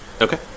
Okay